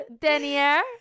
Denier